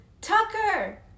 tucker